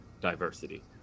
diversity